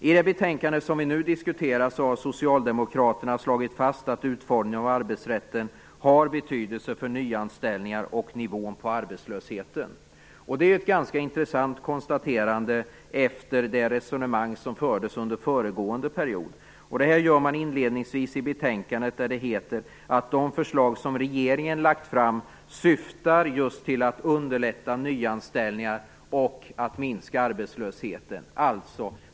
I det betänkande som vi nu diskuterar har socialdemokraterna slagit fast att utformningen av arbetsrätten har betydelse för nyanställningar och nivån på arbetslösheten. Det är ett ganska intressant konstaterande efter det resonemang som fördes under föregående period. Det gör man inledningsvis i betänkandet där det heter att de förslag som regeringen har lagt fram just syftar till att underlätta nyanställningar och att minska arbetslösheten.